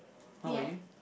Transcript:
how about you